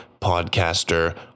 podcaster